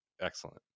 Excellent